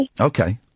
Okay